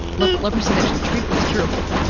leprosy leprosy is actually treatable, it's curable,